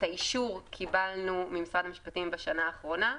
את האישור קיבלנו ממשרד המשפטים בשנה האחרונה,